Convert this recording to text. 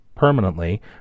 Permanently